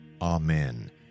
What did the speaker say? Amen